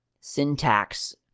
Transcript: syntax